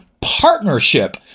partnership